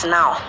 now